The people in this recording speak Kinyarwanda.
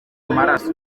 amaraso